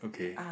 okay